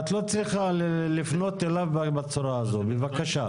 את לא צריכה לפנות אליו בצורה הזאת, בבקשה.